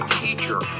teacher